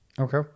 Okay